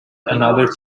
another